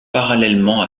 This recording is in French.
parallèlement